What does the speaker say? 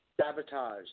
Sabotage